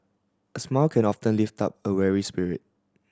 a smile can often lift up a weary spirit